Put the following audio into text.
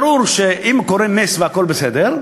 ברור שאם קורה נס והכול בסדר,